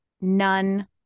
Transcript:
none